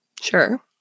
Sure